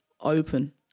Open